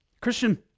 Christian